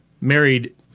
Married